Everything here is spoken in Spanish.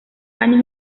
años